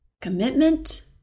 commitment